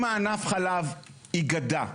אם ענף החלב יגדע,